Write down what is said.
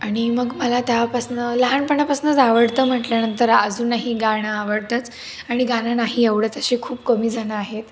आणि मग मला तेव्हापासून लहानपणापासूनच आवडतं म्हटल्यानंतर अजूनही गाणं आवडतंच आणि गाणं नाही आवडत असे खूप कमी जण आहेत